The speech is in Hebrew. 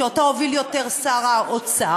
שאותה הוביל יותר שר האוצר,